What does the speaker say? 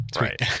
Right